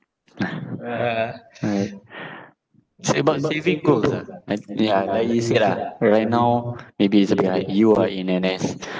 alright about saving goals ah I'd ya like you said lah right now maybe it's a bit like you ah in N_S